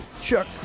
Chuck